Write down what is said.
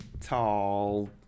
tall